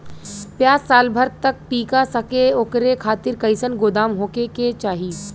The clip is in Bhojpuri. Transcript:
प्याज साल भर तक टीका सके ओकरे खातीर कइसन गोदाम होके के चाही?